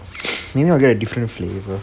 maybe I will get a different flavour